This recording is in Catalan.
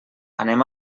anem